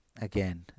again